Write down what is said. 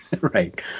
Right